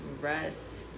rest